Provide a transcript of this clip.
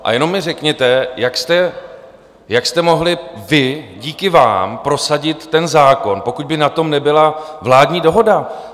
A jenom mi řekněte, jak jste mohli vy, díky vám, prosadit ten zákon, pokud by na tom nebyla vládní dohoda?